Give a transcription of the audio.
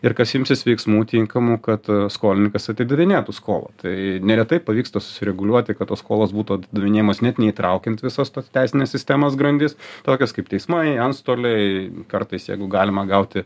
ir kas imsis veiksmų tinkamų kad skolininkas atidavinėtų skolą tai neretai pavyksta susireguliuoti kad tos skolos būtų atidavinėjamos net neįtraukiant visos tos teisinės sistemos grandis tokios kaip teismai antstoliai kartais jeigu galima gauti